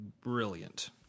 brilliant